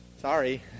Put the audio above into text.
Sorry